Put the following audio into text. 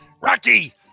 Rocky